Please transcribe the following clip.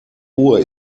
uhr